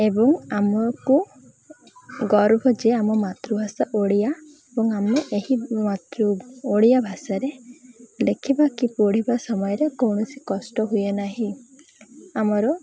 ଏବଂ ଆମକୁ ଗର୍ବ ଯେ ଆମ ମାତୃଭାଷା ଓଡ଼ିଆ ଏବଂ ଆମେ ଏହି ମାତୃ ଓଡ଼ିଆ ଭାଷାରେ ଲେଖିବା କି ପଢ଼ିବା ସମୟରେ କୌଣସି କଷ୍ଟ ହୁଏ ନାହିଁ ଆମର